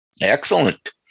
excellent